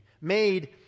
made